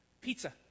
Pizza